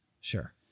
Sure